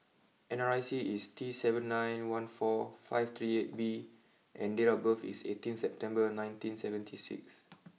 N R I C is T seven nine one four five three eight B and date of birth is eighteen September nineteen seventy six